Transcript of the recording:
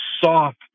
soft